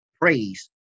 praise